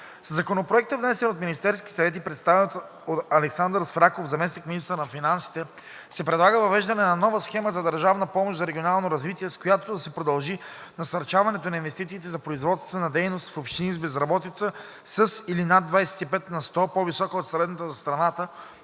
Със Законопроекта, внесен от Министерския съвет и представен от Александър Свраков – заместник-министър на финансите, се предлага: - въвеждане на нова схема за държавна помощ за регионално развитие, с която да се продължи насърчаването на инвестициите за производствена дейност в общини с безработица със или над 25 на сто по-висока от средната за страната,